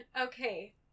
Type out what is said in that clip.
Okay